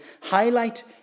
highlight